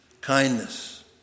kindness